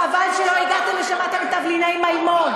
חבל שלא הגעתם לשם לשמוע את "תבליני מימון"